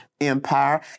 empire